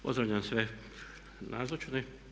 Pozdravljam sve nazočne.